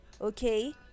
okay